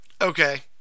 Okay